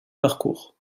parcours